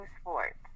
sports